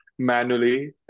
Manually